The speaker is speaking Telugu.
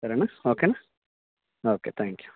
ఓకేనా ఓకే త్యాంక్ యూ